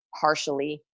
partially